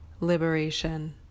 liberation